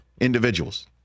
individuals